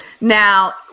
now